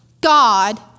God